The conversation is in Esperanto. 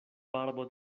barbo